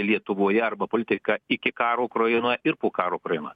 lietuvoje arba politika iki karo ukrainoj ir po karo ukrainoj